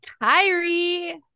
Kyrie